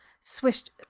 swished